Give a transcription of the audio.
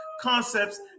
concepts